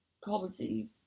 comedy